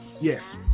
Yes